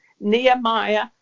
Nehemiah